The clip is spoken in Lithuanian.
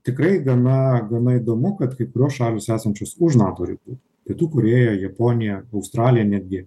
tikrai gana gana įdomu kad kai kurios šalys esančios už nato ribų pietų korėja japonija australija netgi